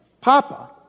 Papa